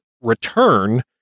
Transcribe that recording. return